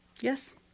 yes